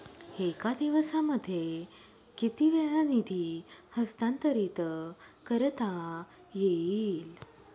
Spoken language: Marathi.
एका दिवसामध्ये किती वेळा निधी हस्तांतरीत करता येईल?